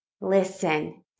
Listen